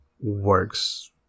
works